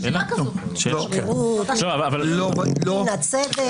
יש שרירות, יש מן הצדק.